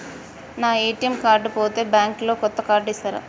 నా ATM card పోతే bank లో కొత్త కార్డు ఇస్తరా?